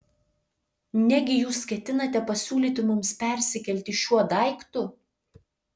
negi jūs ketinate pasiūlyti mums persikelti šiuo daiktu